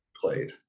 played